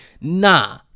Nah